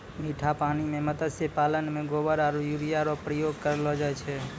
मीठा पानी मे मत्स्य पालन मे गोबर आरु यूरिया रो प्रयोग करलो जाय छै